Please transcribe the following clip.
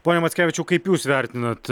pone mackevičiau kaip jūs vertinat